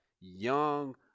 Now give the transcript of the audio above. young